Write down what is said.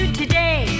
today